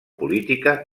política